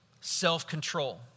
Self-control